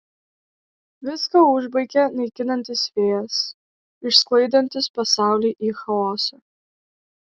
viską užbaigia naikinantis vėjas išsklaidantis pasaulį į chaosą